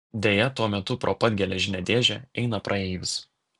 deja tuo metu pro pat geležinę dėžę eina praeivis